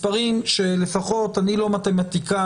מספרים שלפחות אני לא מתמטיקאי,